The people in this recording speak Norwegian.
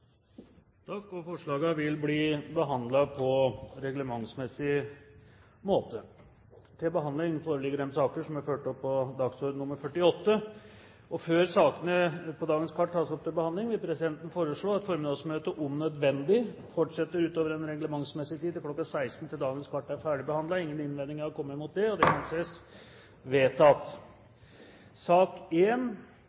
vil bli behandlet på reglementsmessig måte. Før sakene på dagens kart tas opp til behandling, vil presidenten foreslå at formiddagsmøtet – om nødvendig – fortsetter utover den reglementsmessige tid, kl. 16, til dagens kart er ferdigbehandlet. – Ingen innvendinger er kommet mot presidentens forslag, og det anses vedtatt.